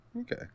Okay